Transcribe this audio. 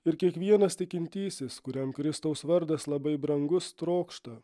ir kiekvienas tikintysis kuriam kristaus vardas labai brangus trokšta